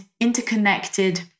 interconnected